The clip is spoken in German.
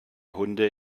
hunde